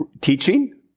teaching